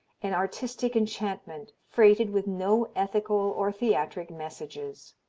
an artistic enchantment, freighted with no ethical or theatric messages.